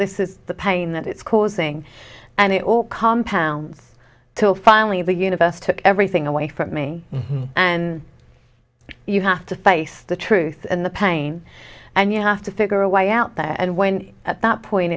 this is the pain that it's causing and it all compounds till finally the universe took everything away from me and you have to face the truth and the pain and you have to figure a way out that and when at that point